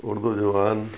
اردو زبان